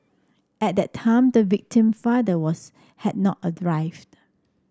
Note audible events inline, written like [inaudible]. at that time the victim father was had not [unintelligible]